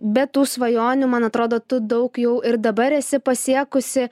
be tų svajonių man atrodo tu daug jau ir dabar esi pasiekusi